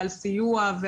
על סיוע,